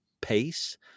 pace